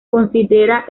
considera